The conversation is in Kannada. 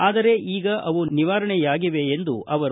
ಆದರೆ ಈಗ ಅವು ನಿವಾರಣೆಯಾಗಿವೆ ಎಂದರು